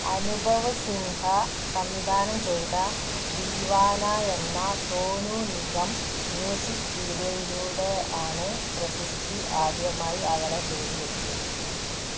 അനുഭവ് സിൻഹ സംവിധാനം ചെയ്ത ദീവാന എന്ന സോനു നിഗം മ്യൂസിക് വീഡിയോയിലൂടെ ആണ് പ്രശസ്തി ആദ്യമായി അവളെ തേടിയെത്തിയത്